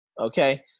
okay